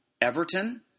Everton